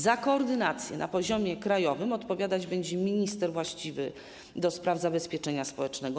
Za koordynację na poziomie krajowym odpowiadać będzie minister właściwy do spraw zabezpieczenia społecznego.